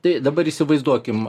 tai dabar įsivaizduokim